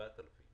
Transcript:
כ-4,000 כיתות.